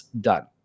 done